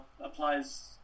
applies